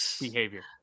behavior